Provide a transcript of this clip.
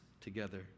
together